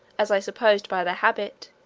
as i supposed by their habit.